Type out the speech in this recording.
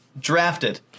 drafted